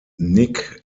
nick